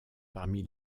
parmi